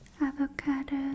avocado